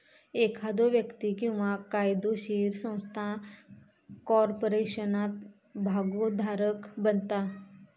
एखादो व्यक्ती किंवा कायदोशीर संस्था कॉर्पोरेशनात भागोधारक बनता